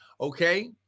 Okay